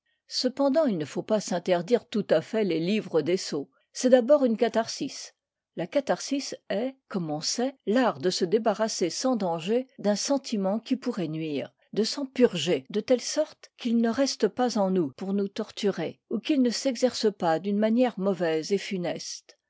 cependant il ne faut pas s'interdire tout à fait les livres des sots c'est d'abord une catharsis la catharsis est comme on sait l'art de se débarrasser sans danger d'un sentiment qui pourrait nuire de s'en purger de telle sorte qu'il ne reste pas en nous pour nous torturer ou qu'il ne s'exerce pas d'une manière mauvaise et funeste